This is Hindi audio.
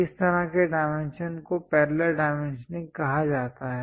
इस तरह के डायमेंशन को पैरेलल डाइमेंशनिंग कहा जाता है